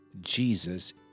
Jesus